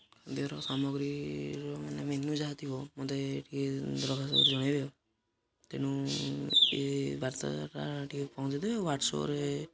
ଖାଦ୍ୟର ସାମଗ୍ରୀର ମାନେ ମେନ୍ୟୁ ଯାହା ଥିବ ମୋତେ ଟିକିଏ କରି ଜଣାଇବେ ଆଉ ତେଣୁ ଏ ବାର୍ତ୍ତାଟା ଟିକିଏ ପହଞ୍ଚାଇ ଦେବେ ଆଉ ୱାଟ୍ସପ୍ରେ